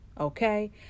Okay